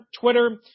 Twitter